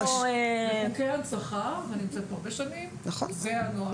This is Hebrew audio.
בחוקי הנצחה, ואני נמצאת פה הרבה שנים, זה הנוהל.